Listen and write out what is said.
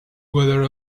weather